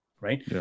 right